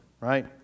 right